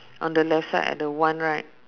on the left side ada one right